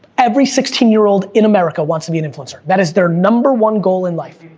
every sixteen year old in america wants to be an influencer, that is their number one goal in life.